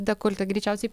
dekoltė greičiausiai